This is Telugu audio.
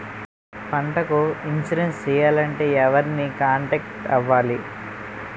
పంటకు ఇన్సురెన్స్ చేయాలంటే ఎవరిని కాంటాక్ట్ అవ్వాలి?